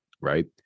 Right